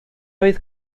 oedd